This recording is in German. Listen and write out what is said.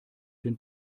den